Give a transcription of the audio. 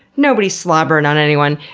nobody's slobbering on anyone,